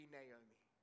Naomi